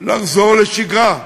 לחזור לשגרה.